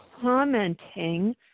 commenting